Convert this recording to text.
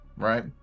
Right